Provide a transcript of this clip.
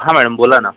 हां मॅडम बोला ना